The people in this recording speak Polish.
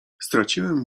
straciłem